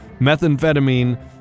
methamphetamine